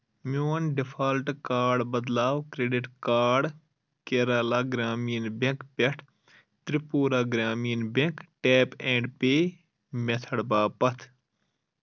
میون default card بدلاو credit card Kerala Grameen bank پٮ۪ٹھ Tripura Grameen bank tap and pay method باپتھ